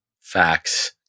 Facts